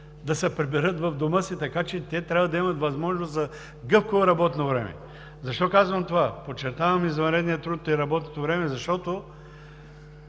да се приберат у дома си? Така че трябва да имат възможност за гъвкаво работно време. Защо казвам това? Подчертавам извънредния труд и работното време, защото